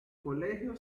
colegio